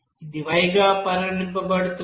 ఇది Y గా పరిగణించబడుతుంది